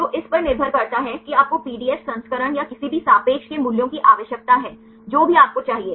तो इस पर निर्भर करता है कि आपको पीडीएफ संस्करण या किसी भी सापेक्ष के मूल्यों की आवश्यकता है जो भी आपको चाहिए